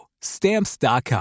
Stamps.com